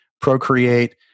Procreate